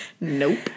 Nope